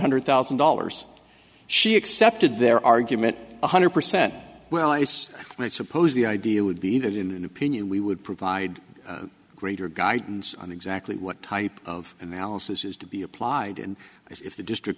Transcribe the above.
hundred thousand dollars she accepted their argument one hundred percent well yes i suppose the idea would be that in an opinion we would provide greater guidance on exactly what type of analysis is to be applied and if the district